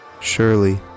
Surely